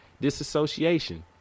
disassociation